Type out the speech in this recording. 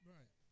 Right